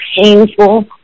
painful